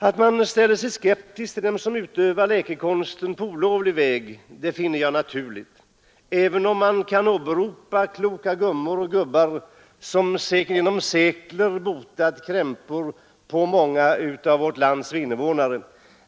Att man ställer sig skeptisk till dem som utövar läkekonsten på olovlig väg finner jag naturligt, även om man kan åberopa kloka gummor och gubbar som genom sekler botat krämpor på många.